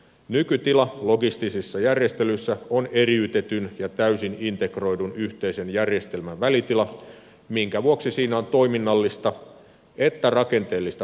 nykytila logistisissa järjestelyissä on eriytetyn ja täysin integroidun yhteisen järjestelmän välitila minkä vuoksi siinä on sekä toiminnallista että rakenteellista päällekkäisyyttä